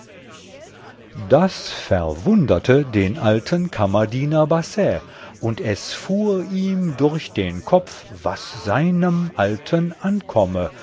das verwunderte den alten kammerdiener basset und es fuhr ihm durch den kopf was seinem alten ankomme